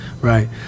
right